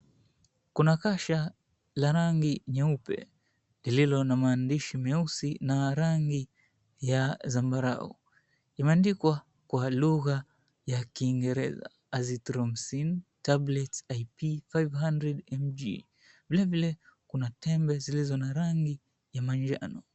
Kuna kasha la rangi nyeupe lililo na maandishi meusi na rangi ya zambarau. Imeandikwa kwa lugha ya Kiingereza, Azithromycin Tablets IP 500 mg. Vilevile kuna tembe zilizo na rangi ya manjano.